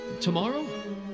Tomorrow